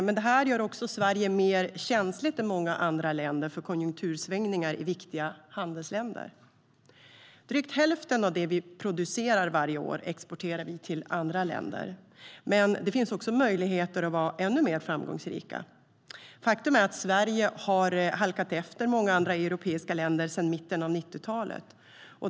Men det gör också Sverige mer känsligt än många andra länder för konjunktursvängningar i viktiga handelsländer. Drygt hälften av det vi producerar varje år exporterar vi till andra länder. Men det finns möjligheter att vara ännu mer framgångsrika. Faktum är att Sverige har halkat efter många andra europeiska länder sedan mitten av 90-talet.